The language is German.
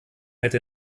hätte